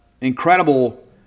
incredible